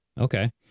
Okay